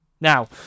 Now